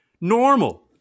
normal